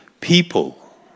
people